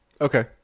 Okay